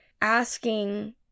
asking